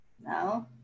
No